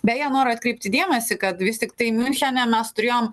beje noriu atkreipti dėmesį kad vis tiktai miunchene mes turėjom